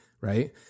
Right